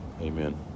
Amen